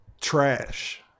trash